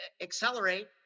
accelerate